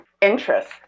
interest